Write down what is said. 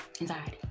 Anxiety